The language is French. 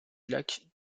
lac